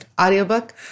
Audiobook